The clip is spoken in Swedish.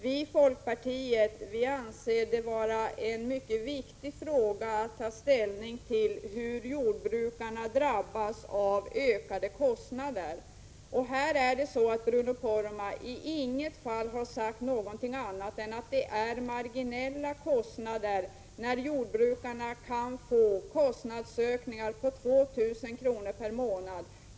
Vi i folkpartiet anser det vara en mycket viktig fråga att ta ställning till hur jordbrukarna drabbas av ökade kostnader. Här har Bruno Poromaa i inget fall sagt något annat än att det rör sig om marginella kostnader — när jordbrukarna kan få kostnadsökningar på 2 000 kr. per månad.